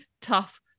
tough